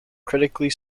critically